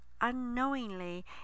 unknowingly